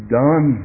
done